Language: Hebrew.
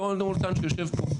תומר לוטן שיושב פה.